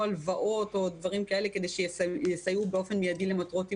הלוואות או דברים כאלה כדי לסייע באופן מידי למטרות הימורים.